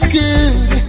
good